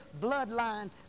bloodline